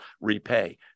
repay